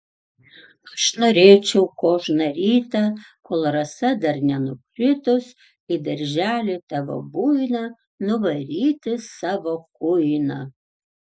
aš norėčiau kožną rytą kol rasa dar nenukritus į darželį tavo buiną nuvaryti savo kuiną